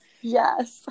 Yes